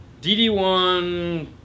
DD1